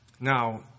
Now